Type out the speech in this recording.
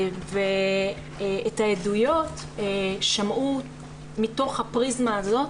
את העדויות שמעו מתוך הפריזמה הזאת